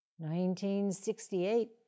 1968